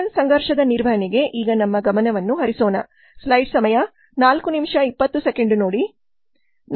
channel ಸಂಘರ್ಷದ ನಿರ್ವಹಣೆಗೆ ಈಗ ನಮ್ಮ ಗಮನವನ್ನು ಹರಿಸೋಣ